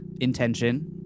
intention